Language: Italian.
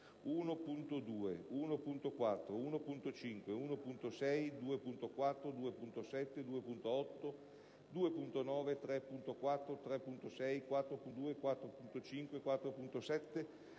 1.2, 1.4, 1.5, 1.6, 2.4, 2.7, 2.8, 2.9, 3.4, 3.6, 4.2, 4.5, 4.7,